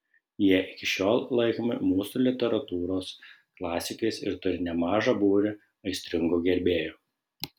jie iki šiol laikomi mūsų literatūros klasikais ir turi nemažą būrį aistringų gerbėjų